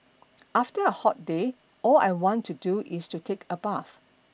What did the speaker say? after a hot day all I want to do is to take a bath